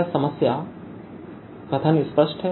क्या समस्या कथन स्पष्ट है